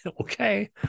Okay